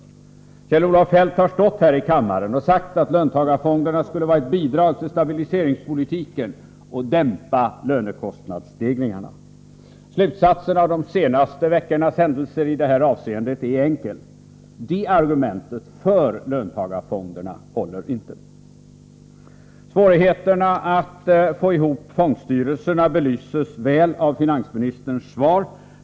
Kjell-Olof Feldt har sagt här i kammaren att löntagarfonderna skulle vara ett bidrag till stabiliseringspolitiken och att de skulle dämpa lönekostnadsstegringarna. Slutsatsen av de senaste veckornas händelser i detta avseende är enkel: det argumentet för löntagarfonderna håller inte. Svårigheterna att få ihop fondstyrelserna belyses väl i finansministerns svar.